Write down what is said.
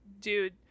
dude